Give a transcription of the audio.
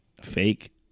fake